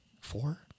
Four